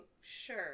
sure